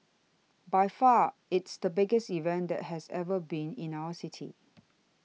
by far it's the biggest event that has ever been in our city